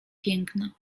piękna